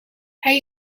hij